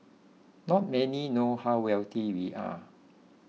not many know how wealthy we are